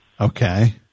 Okay